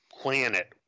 planet